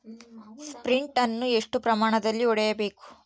Sprint ಅನ್ನು ಎಷ್ಟು ಪ್ರಮಾಣದಲ್ಲಿ ಹೊಡೆಯಬೇಕು?